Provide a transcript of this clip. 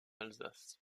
alsace